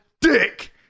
dick